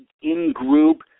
in-group